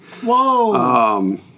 Whoa